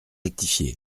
rectifié